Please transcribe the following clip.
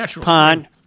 Pond